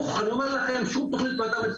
על סמך ההסכמים שנעשו עם המגדלים,